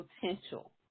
potential